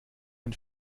ein